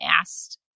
asked